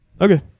Okay